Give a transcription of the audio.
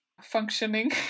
functioning